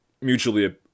mutually